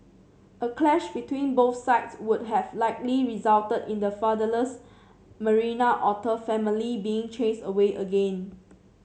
a clash between both sides would have likely resulted in the fatherless Marina otter family being chased away again